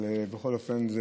אבל בכל אופן,